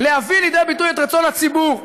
כל כך להביא לידי ביטוי את רצון הציבור.